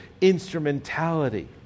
instrumentality